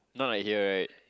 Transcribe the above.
not like here right